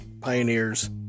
Pioneers